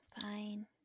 fine